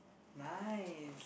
nice